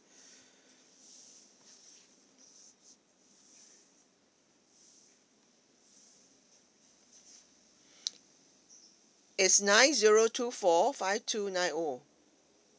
it's nine zero two four five two nine O